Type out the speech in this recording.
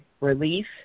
relief